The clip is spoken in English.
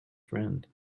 friend